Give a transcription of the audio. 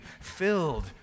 filled